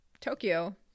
Tokyo